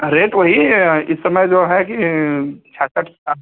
rate वही इस समय जो है कि छियासठ साठ